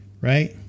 right